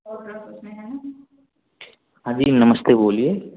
हाँ जी नमस्ते बोलिए